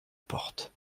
porte